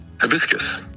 Hibiscus